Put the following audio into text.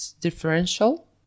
differential